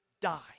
die